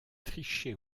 tricher